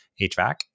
HVAC